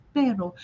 pero